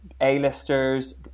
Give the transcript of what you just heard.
A-listers